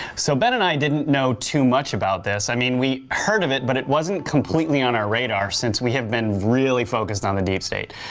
so ben and i didn't know too much about this, i mean we heard of it but it wasn't completely on our radar, since we have been really focused on the deep state.